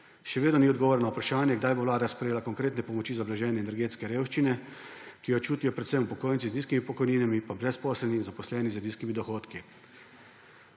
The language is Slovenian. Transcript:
Še vedno ni odgovora na vprašanje, kdaj bo Vlada sprejela konkretne pomoči za blaženje energetske revščine, ki jo čutijo predvsem upokojenci z nizkimi pokojninami, brezposelni in zaposleni z nizkimi dohodki.